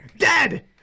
dead